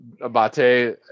Abate